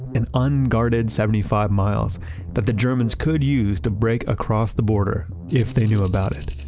an unguarded seventy five miles that the germans could use to break across the border if they knew about it.